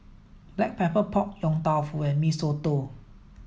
Black Pepper Pork Yong Tau Foo and Mee Soto